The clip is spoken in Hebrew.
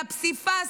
לפסיפס,